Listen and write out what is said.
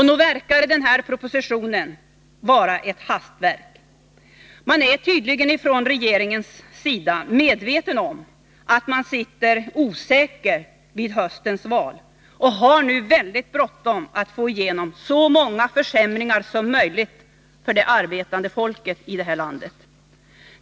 Nog verkar den här propositionen vara ett hastverk. Regeringen är tydligen medveten om att den sitter osäkert vid höstens val och har nu väldigt bråttom att få igenom så många försämringar som möjligt för det arbetande folket här i landet.